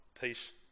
peace